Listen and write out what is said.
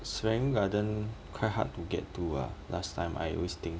serangoon garden quite hard to get to ah last time I always think